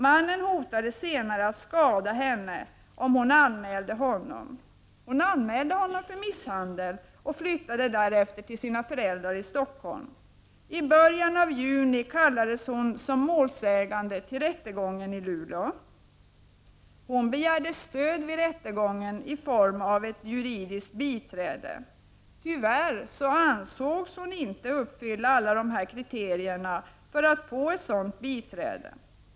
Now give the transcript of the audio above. Mannen hotade senare att skada henne, om hon anmälde honom. Hon anmälde honom för misshandel och flyttade därefter till sina föräldrar i Stockholm. I början av juni kallades hon som målsägande till rättegången i Luleå. Hon begärde stöd vid rättegången i form av ett juridiskt biträde. Tyvärr ansågs hon inte uppfylla alla kriterierna för att få ett sådant biträde.